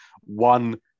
One